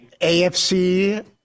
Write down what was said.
AFC